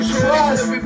trust